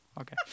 Okay